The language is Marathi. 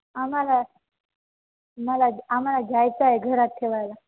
आम्हाला मला आम्हाला घ्यायचा आहे घरात ठेवायला